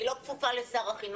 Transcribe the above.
היא לא כפופה לשר החינוך,